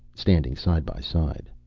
standing side by side.